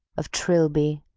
of trilby,